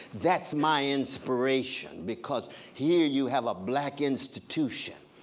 that's my inspiration. because here you have a black institution,